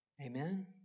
Amen